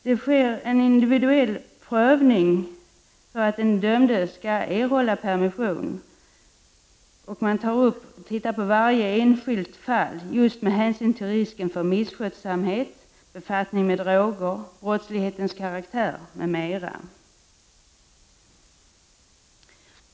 Det sker en individuell prövning för att den dömde skall erhålla permission, och man tittar på varje enskilt fall just med hänsyn till risken för misskötsamhet, befattning med droger, brottslighetens karaktär m.m.